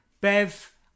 Bev